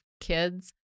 kids